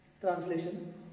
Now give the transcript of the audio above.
Translation